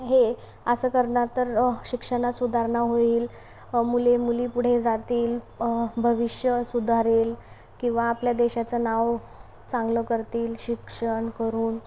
हे असं करणार तर शिक्षणात सुधारणा होईल मुली मुली पुढे जातील भविष्य सुधारेल किंवा आपल्या देशाचं नाव चांगलं करतील शिक्षण करून